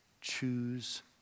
Choose